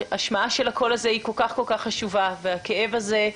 ההשמעה של הקול הזה היא כל כך חשובה והשמעת הכאב הזה.